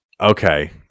Okay